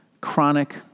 chronic